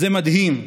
זה מדהים.